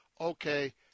okay